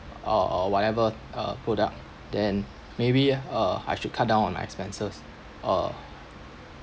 uh or whatever uh product then maybe uh I should cut down on my expenses uh